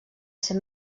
ser